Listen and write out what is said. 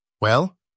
Well